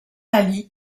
ali